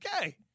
Okay